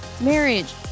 marriage